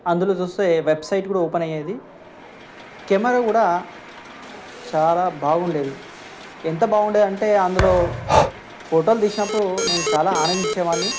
అందులో చూస్తే వెబ్సైట్ కూడా ఓపెన్ అయ్యేది కెమెరా కూడా చాలా బాగుండేది ఎంత బాగుండేదంటే అందులో ఫోటోలు తీసినప్పుడు నేను చాలా ఆనందించేవాడిని